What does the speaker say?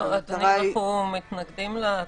אנחנו מתנגדים לתוספת.